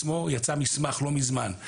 יצא מסמך לא מזמן,